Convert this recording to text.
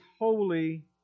holy